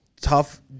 tough